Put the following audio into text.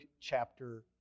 chapter